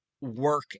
work